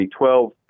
2012